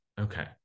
Okay